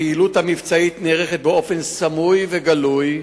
הפעילות המבצעית נערכת באופן סמוי וגלוי,